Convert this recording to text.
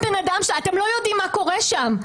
אתם לא יודעים מה קורה שם.